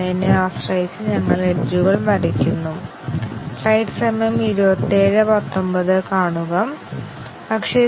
MCDC യിലെ പ്രധാന ആശയം ഓരോ നിബന്ധനയും ഒരു തീരുമാനത്തിന്റെ ഫലത്തെ സ്വതന്ത്രമായി ബാധിക്കുമെന്ന് കാണിക്കുന്നു എന്നതാണ്